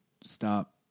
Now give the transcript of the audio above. stop